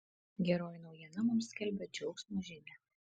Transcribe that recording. geroji naujiena mums skelbia džiaugsmo žinią